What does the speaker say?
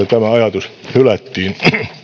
tämä ajatus hylättiin